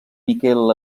miquel